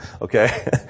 Okay